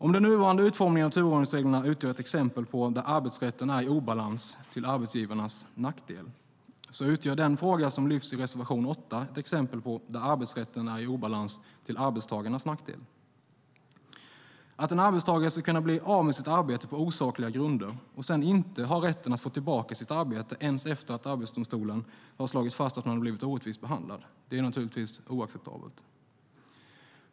Om den nuvarande utformningen av turordningsreglerna utgör ett exempel där arbetsrätten är i obalans till arbetsgivarnas nackdel utgör den fråga som lyfts fram i reservation 8 ett exempel där arbetsrätten är i obalans till arbetstagarnas nackdel. Att en arbetstagare ska kunna bli av med sitt arbete på osakliga grunder och sedan inte ha rätten att få tillbaka sitt arbete ens efter att Arbetsdomstolen har slagit fast att man har blivit orättvist behandlad är naturligtvis oacceptabelt.